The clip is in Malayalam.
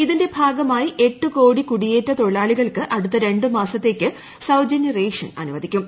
ഇതിന്റെ ഭാഗമായി എട്ട് കോടി കുടിയേറ്റ തൊഴിലാളികൾക്ക് അടുത്ത രണ്ട് മാസത്തേക്ക് സൌജന്യ റേഷൻ അനുവദിക്കും